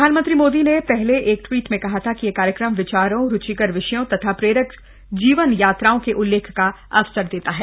प्रधानमंत्री मोदी ने पहले एक ट्वीट में कहा था कि यह कार्यक्रम विचारों रूचिकर विषयों तथा प्रेरक जीवन यात्राओं के उल्लेख का अवसर देता है